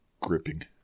gripping